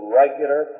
regular